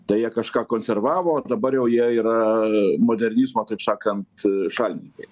tai jie kažką konservavo dabar jau jie yra modernizmo taip sakant šalininkai